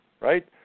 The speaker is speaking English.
right